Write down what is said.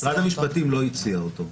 משרד המשפטים לא הציע אותו.